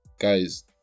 guys